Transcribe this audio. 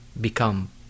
become